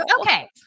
okay